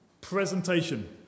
presentation